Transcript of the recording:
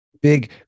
Big